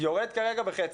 יורד כרגע בחצי.